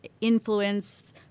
influence